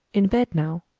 in bed now.